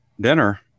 dinner